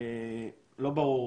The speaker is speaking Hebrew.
לא ברור,